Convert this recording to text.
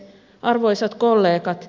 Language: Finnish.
arvoisat kollegat